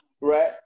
right